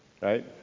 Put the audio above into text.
Right